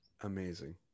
Amazing